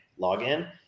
login